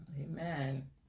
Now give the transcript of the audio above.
Amen